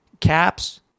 Caps